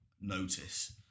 notice